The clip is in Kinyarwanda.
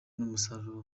n’umusaruro